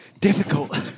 difficult